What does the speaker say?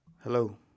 Hello